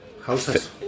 houses